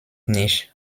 nicht